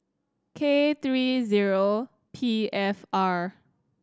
K three zero P F R